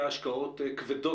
אגב